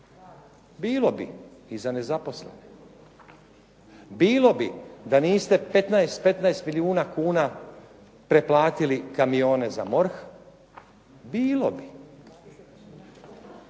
Bilo bi i za nezaposlene. Bilo bi, da niste 15 milijuna kuna preplatili kamione za MORH, bilo bi.